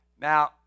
now